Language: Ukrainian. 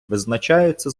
визначаються